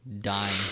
dying